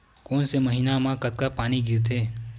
कोन से महीना म कतका पानी गिरथे?